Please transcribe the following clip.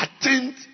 Attend